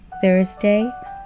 Thursday